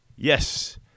Yes